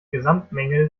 gesamtmenge